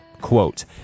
quote